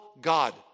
God